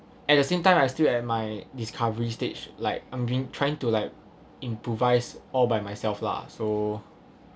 at the same time I still at my discovery stage like I mean trying to like improvise all by myself lah so